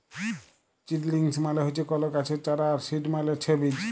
seedlings মানে হচ্যে কল গাছের চারা আর সিড মালে ছে বীজ